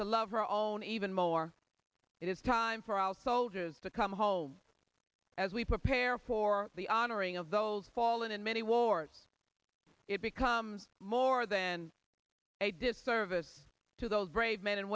to love her own even more it is time for our soldiers to come home as we prepare for the honoring of the old fallen in many wars it becomes more than a disservice to those brave men and